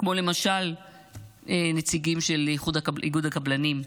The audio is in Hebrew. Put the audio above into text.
כמו למשל נציגים של איגוד הקבלנים.